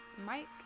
mike